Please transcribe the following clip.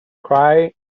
cry